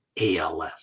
ALS